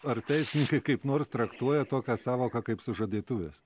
ar teisininkai kaip nors traktuoja tokią sąvoką kaip sužadėtuvės